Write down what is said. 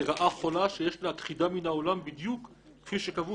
כרעה חולה שיש להכחידה מן העולם בדיוק כפי שקבעו